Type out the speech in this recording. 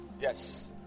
Yes